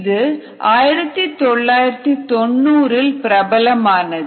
இது 1990 இல் பிரபலமானது